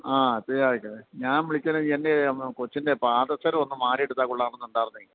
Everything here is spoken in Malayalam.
ആ അത് ആയിട്ട് ഞാൻ വിളിച്ചത് എൻ്റെ കൊച്ചിൻ്റെ പാദസരമൊന്നു മാറിയെടുത്താല് കൊള്ളാമെന്നുണ്ടായിരുന്നേ